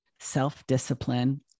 self-discipline